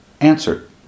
Answer